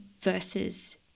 versus